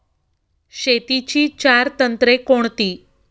शेतीची चार तंत्रे कोणती?